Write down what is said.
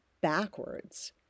backwards